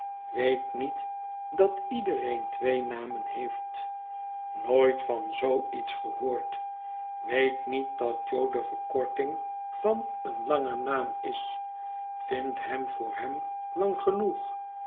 weet niet dat iedereen twee namen heeft nooit van zoo iets gehoord weet niet dat jo de verkorting van een langer naam is vindt hem voor hem lang genoeg